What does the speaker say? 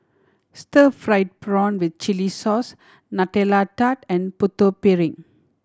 stir fried prawn with chili sauce Nutella Tart and Putu Piring